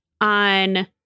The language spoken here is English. on